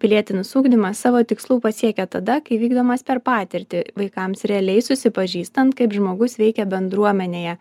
pilietinis ugdymas savo tikslų pasiekia tada kai vykdomas per patirtį vaikams realiai susipažįstant kaip žmogus veikia bendruomenėje